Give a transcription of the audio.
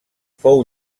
fou